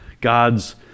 God's